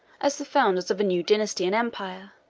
as the founders of a new dynasty and empire